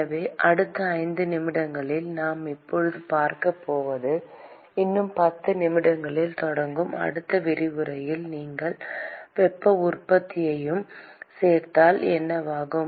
எனவே அடுத்த 5 நிமிடங்களில் நாம் இப்போது பார்க்கப் போவது இன்னும் 10 நிமிடங்களில் தொடங்கும் அடுத்த விரிவுரையில் நீங்கள் வெப்ப உற்பத்தியையும் சேர்த்தால் என்ன ஆகும்